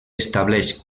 estableix